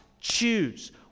choose